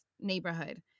neighborhood